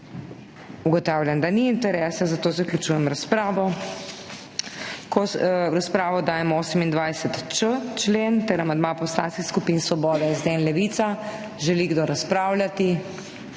Ugotavljam, da ni interesa, zato zaključujem razpravo. V razpravo dajem 28.č člen ter amandma poslanskih skupin Svoboda, SD in Levica. Želi kdo razpravljati?